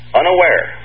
unaware